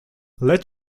let